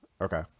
Okay